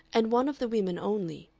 and one of the women only,